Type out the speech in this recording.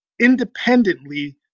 independently